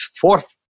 fourth